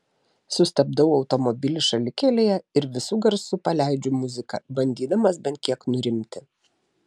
sustabdau automobilį šalikelėje ir visu garsu paleidžiu muziką bandydamas bent kiek nurimti